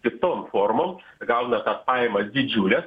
kitom formom gauna tas pajamas didžiules